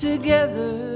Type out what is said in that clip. together